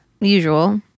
usual